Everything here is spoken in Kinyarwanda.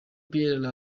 pierre